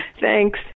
thanks